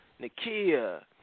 Nakia